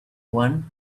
one